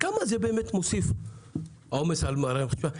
כמה זה באמת מוסיף עומס על מערכת המשפט,